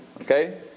Okay